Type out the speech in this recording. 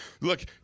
Look